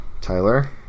Tyler